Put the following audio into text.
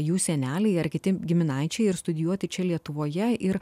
jų seneliai ar kiti giminaičiai ir studijuoti čia lietuvoje ir